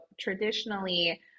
traditionally